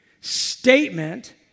statement